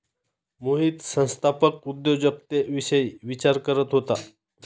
मोहित संस्थात्मक उद्योजकतेविषयी विचार करत होता